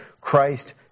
Christ